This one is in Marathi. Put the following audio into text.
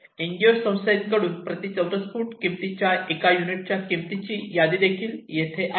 एन जी ओ संस्थेकडून प्रति चौरस फूट किंमतीच्या एका युनिटच्या किंमतीची यादी देखील येथे आहे